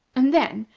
and then,